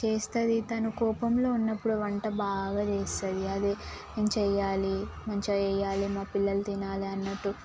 చేస్తుంది తను కోపంలో ఉన్నప్పుడు వంట బాగా చేస్తుంది అదే నేను చేయాలి మంచిగా చేయాలి మా పిల్లలు తినాలి అన్నట్టు